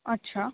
अच्छा